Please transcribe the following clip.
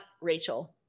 Rachel